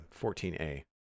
14a